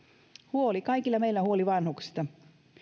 huoli kaikilla meillä on huoli vanhuksista